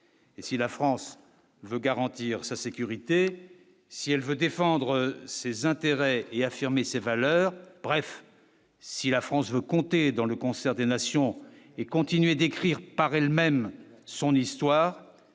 et si la France veut garantir sa sécurité si elle veut défendre ses intérêts et affirmer ses valeurs, bref, si la France veut compter dans le concert des nations et continuer d'écrire par elle-même son histoire